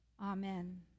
Amen